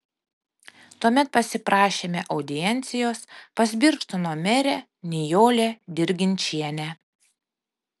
tuomet pasiprašėme audiencijos pas birštono merę nijolę dirginčienę